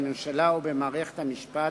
בממשלה ובמערכת המשפט,